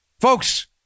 Folks